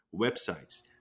websites